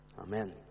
Amen